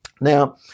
Now